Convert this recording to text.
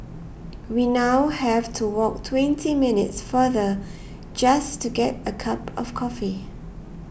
we now have to walk twenty minutes farther just to get a cup of coffee